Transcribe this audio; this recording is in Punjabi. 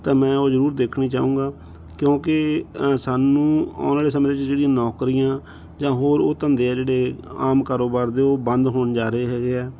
ਤਾਂ ਮੈਂ ਉਹ ਜ਼ਰੂਰ ਦੇਖਣੀ ਚਾਹੂੰਗਾ ਕਿਉਂਕਿ ਸਾਨੂੰ ਆਉਣ ਵਾਲੇ ਸਮੇਂ 'ਚ ਜਿਹੜੀਆਂ ਨੌਕਰੀਆਂ ਜਾਂ ਹੋਰ ਉਹ ਧੰਦੇ ਆ ਜਿਹੜੇ ਆਮ ਕਾਰੋਬਾਰ ਦੇ ਉਹ ਬੰਦ ਹੋਣ ਜਾ ਰਹੇ ਹੈਗੇ ਆ